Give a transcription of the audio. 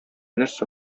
нәрсә